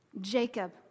Jacob